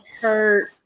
hurt